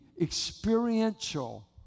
experiential